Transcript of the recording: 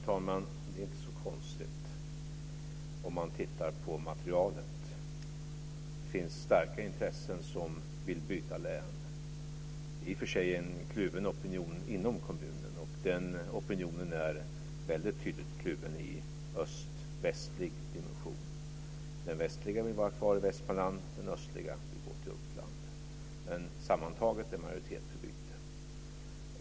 Fru talman! Om man tittar på materialet är det inte så konstigt. Det finns starka intressen som vill byta län. Det är i och för sig en kluven opinion inom kommunen. Den opinionen är tydligt kluven i en östvästlig-dimension. Den västliga vill vara kvar i Västmanland, den östliga vill gå till Uppland. Sammantaget är en majoritet för byte.